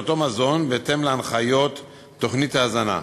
את אותו מזון בהתאם להנחיות תוכנית ההזנה.